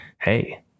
hey